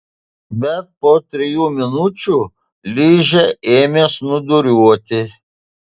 bet po trijų minučių ližė ėmė snūduriuoti